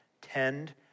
tend